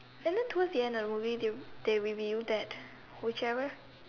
and then towards the end of the movie they they revealed that whichever